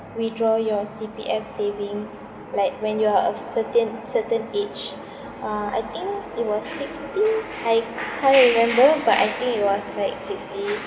withdraw your C_P_F savings like when you are of certain certain age uh I think it was sixty I can't remember but I think it was like sixty